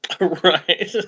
Right